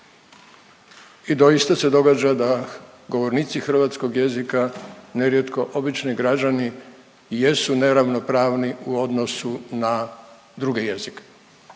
I doista se događa da govornici hrvatskog jezika nerijetko obični građani jesu neravnopravni u odnosu na druge jezike.